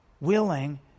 willing